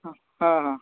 हां हां हां